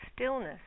stillness